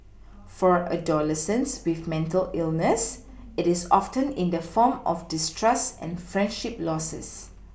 for adolescents with mental illness it is often in the form of distrust and friendship Losses